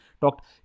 talked